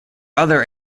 other